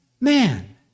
man